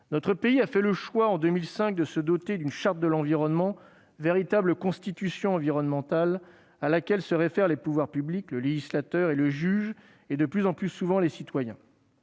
Notre pays a fait le choix, en 2005, de se doter d'une Charte de l'environnement, véritable « Constitution environnementale » à laquelle se réfèrent les pouvoirs publics, le législateur, les juges et, de plus en plus souvent, les citoyens.